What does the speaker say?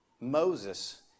Moses